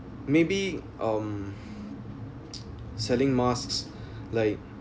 maybe um selling masks like